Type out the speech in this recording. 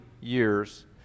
years